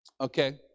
Okay